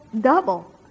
double